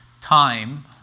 time